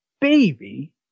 baby